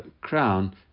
crown